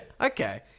Okay